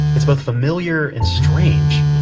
it's both familiar and strange.